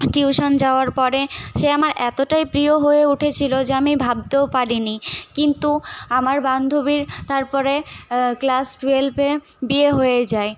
tuition যাওয়ার পরে সে আমার এতোটাই প্রিয় হয়ে উঠেছিলো যে আমি ভাবতেও পারি নি কিন্তু আমার বান্ধবীর তারপরে ক্লাস টুয়েলভে বিয়ে হয়ে যায়